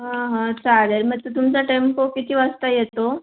हां हां चालेल मग ते तुमचा टेम्पो किती वाजता येतो